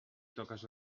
toques